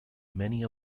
many